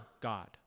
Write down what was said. God